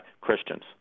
Christians